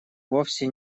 вовсе